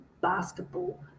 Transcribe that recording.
basketball